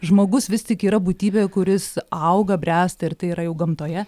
žmogus vis tik yra būtybė kuris auga bręsta ir tai yra jau gamtoje